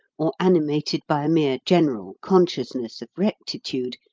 or animated by a mere general consciousness of rectitude,